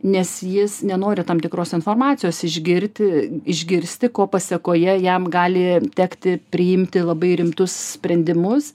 nes jis nenori tam tikros informacijos išgirti išgirsti ko pasekoje jam gali tekti priimti labai rimtus sprendimus